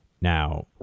now